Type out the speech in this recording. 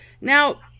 now